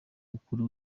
mukuru